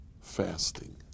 fasting